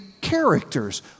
characters